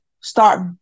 start